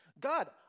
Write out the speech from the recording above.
God